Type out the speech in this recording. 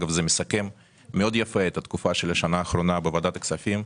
אגב זה מסכם מאוד יפה את התקופה של השנה האחרונה בוועדת הכספים,